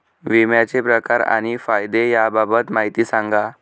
विम्याचे प्रकार आणि फायदे याबाबत माहिती सांगा